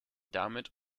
damit